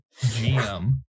GM